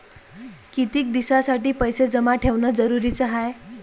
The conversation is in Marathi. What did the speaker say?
कितीक दिसासाठी पैसे जमा ठेवणं जरुरीच हाय?